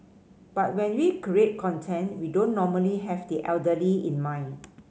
but when we create content we don't normally have the elderly in mind